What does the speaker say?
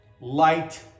light